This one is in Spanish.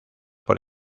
por